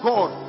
God